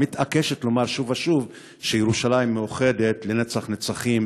מתעקשת לומר שוב ושוב שירושלים מאוחדת לנצח-נצחים,